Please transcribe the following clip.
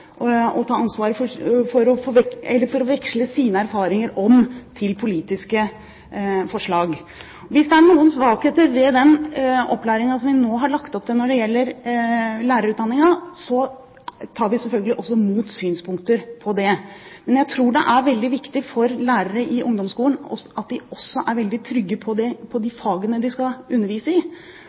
ta ansvaret for å veksle sine erfaringer om til politiske forslag. Hvis det er noen svakheter ved den opplæringen vi nå har lagt opp til når det gjelder lærerutdanningen, tar vi selvfølgelig også imot synspunkter på det. Men jeg tror det er viktig for lærere i ungdomsskolen at de også er veldig trygge på de fagene de skal undervise i.